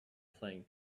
playing